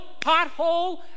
pothole